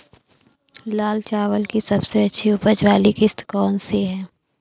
लाल चावल की सबसे अच्छी उपज वाली किश्त कौन सी है?